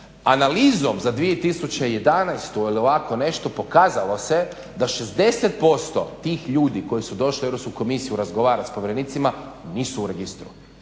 Analizom za 2011 ili ovako nešto pokazalo se da 60% tih ljudi koji su došli u Europsku komisiju razgovarati s povjerenicima nisu u registru.